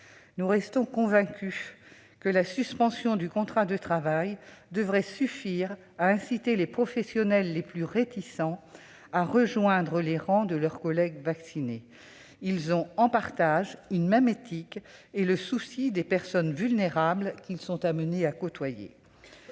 Nous restons convaincus que la suspension du contrat de travail devrait suffire à inciter les professionnels les plus réticents à rejoindre les rangs de leurs collègues vaccinés. Ils ont en partage une même éthique et le souci des personnes vulnérables qu'ils sont amenés à côtoyer.